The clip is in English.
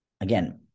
again